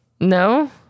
No